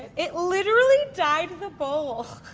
it literally dyed the bowl.